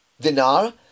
Dinar